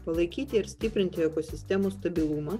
palaikyti ir stiprinti ekosistemų stabilumą